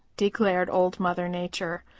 declared old mother nature.